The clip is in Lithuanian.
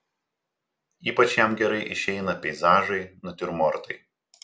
ypač jam gerai išeina peizažai natiurmortai